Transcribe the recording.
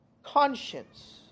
conscience